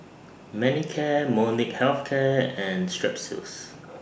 Manicare Molnylcke Health Care and Strepsils